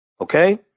okay